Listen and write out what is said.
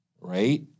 right